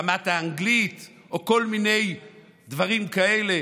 רמת האנגלית או כל מיני דברים כאלה.